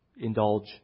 Indulge